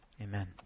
Amen